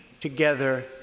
together